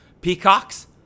peacocks